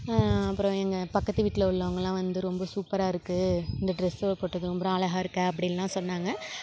அப்புறம் எங்கள் பக்கத்து வீட்டில் உள்ளவங்களாம் வந்து ரொம்ப சூப்பராக இருக்கு இந்த டிரஸ் போட்டதும் ரொம்ப அழகாக அப்படிலாம் சொன்னாங்க